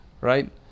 right